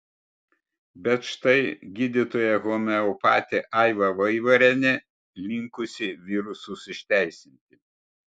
bet štai gydytoja homeopatė aiva vaivarienė linkusi virusus išteisinti